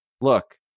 look